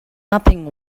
nothing